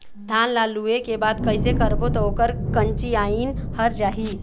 धान ला लुए के बाद कइसे करबो त ओकर कंचीयायिन हर जाही?